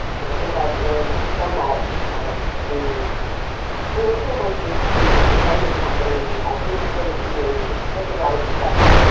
and i think i've learned so much um through through working on my ph d, through starting this company, i've sort of gained such a broader perspective.